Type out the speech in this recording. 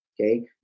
Okay